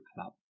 club